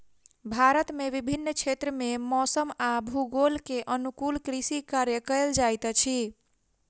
भारत के विभिन्न क्षेत्र में मौसम आ भूगोल के अनुकूल कृषि कार्य कयल जाइत अछि